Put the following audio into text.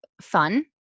fun